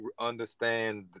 understand